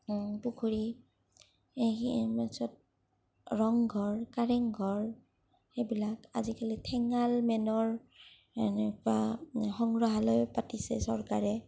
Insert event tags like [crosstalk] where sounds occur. পুখুৰী [unintelligible] ৰংঘৰ কাৰেংঘৰ সেইবিলাক আজিকালি ঠেঙাল মেনৰ এনেকুৱা সংগ্ৰাহালয়ো পাতিছে চৰকাৰে